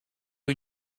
you